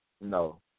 No